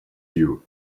you